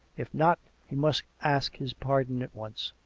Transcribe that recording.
if not, he must ask his pardon at once.